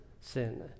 sin